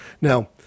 Now